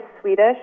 Swedish